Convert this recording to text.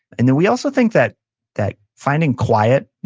and then we also think that that finding quiet,